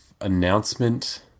announcement